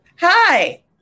hi